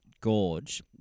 gorge